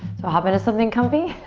so hop into something comfy.